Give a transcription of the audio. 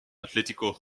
atlético